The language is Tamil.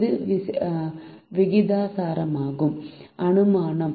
இது விகிதாசாரமாகும் அனுமானம்